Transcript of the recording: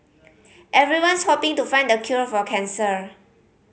everyone's hoping to find the cure for cancer